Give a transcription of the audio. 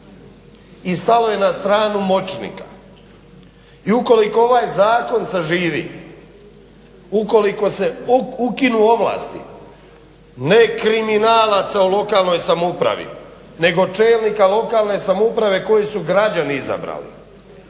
i stalo je na stranu moćnika. I ukoliko ovaj zakon zaživi, ukoliko se ukinu ovlasti ne kriminalaca u lokalnoj samoupravi nego čelnika lokalne samouprave koje su građani izabrali,